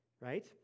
right